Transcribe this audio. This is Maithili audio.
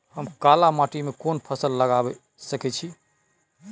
हम काला माटी में कोन फसल लगाबै सकेत छी?